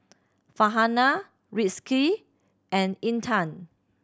Farhanah Rizqi and Intan